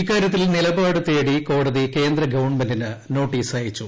ഇക്കാര്യത്തിൽ നിലപാട് തേടി കോടതി കേന്ദ്രഗവൺമെന്റിന് നോട്ടീസ് അയച്ചു